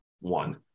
One